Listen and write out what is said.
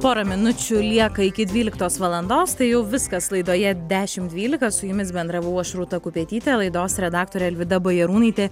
pora minučių lieka iki dvyliktos valandos tai jau viskas laidoje dešim dvylika su jumis bendravau aš rūta kupetytė laidos redaktorė alvyda bajarūnaitė